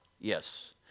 yes